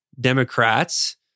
Democrats